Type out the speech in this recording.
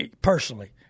personally